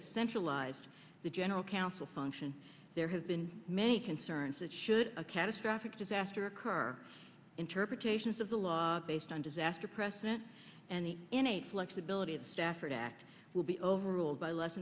a centralized the general counsel function there have been many concerns that should a catastrophic disaster occur interpretations of the law based on disaster precedent and the innate flexibility of the stafford act will be overruled by less